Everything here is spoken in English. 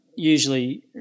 usually